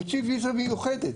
הוא הוציא ויזה מיוחדת